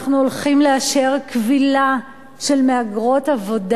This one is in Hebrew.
אנחנו הולכים לאשר כבילה של מהגרות עבודה,